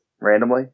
randomly